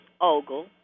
Ogle